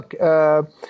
look